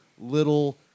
little